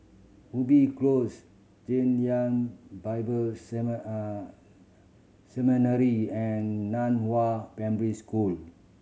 Ubi Close Chen Lien Bible Seminary and Nan Hua Primary School